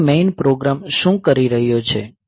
તો હવે main programme શું કરી રહ્યો છે